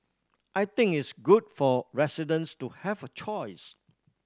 I think it's good for residents to have a choice